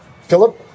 Philip